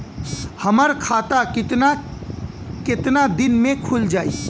हमर खाता कितना केतना दिन में खुल जाई?